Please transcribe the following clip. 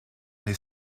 les